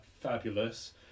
fabulous